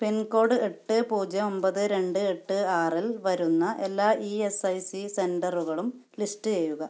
pincode എട്ട് പൂജ്യം ഒമ്പത് രണ്ട് എട്ട് ആറിൽ വരുന്ന എല്ലാ ഇ എസ് ഐ സി സെൻ്ററുകളും ലിസ്റ്റ് ചെയ്യുക